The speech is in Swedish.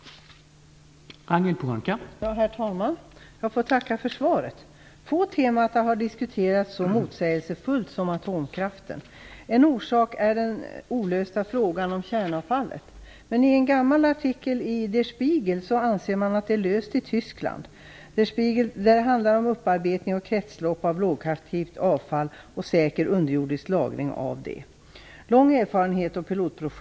Då Eva Goës, som framställt frågan, anmält att hon var förhindrad att närvara vid sammanträdet, medgav tredje vice talmannen att Ragnhild Pohanka fick delta i överläggningen.